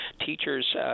teachers